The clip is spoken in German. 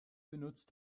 benutzt